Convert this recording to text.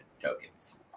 tokens